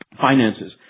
Finances